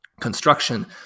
construction